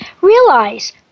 Realize